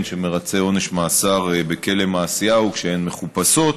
שמרצה עונש מאסר בכלא מעשיהו כשהן מחופשות,